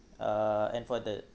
uh and for the